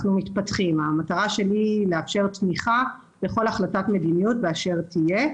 המטרה שלי היא לאפשר תמיכה לכל החלטת מדיניות אשר תהיה.